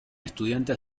estudiante